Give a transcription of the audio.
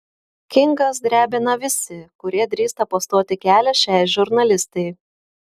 kinkas drebina visi kurie drįsta pastoti kelią šiai žurnalistei